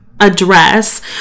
address